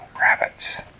rabbits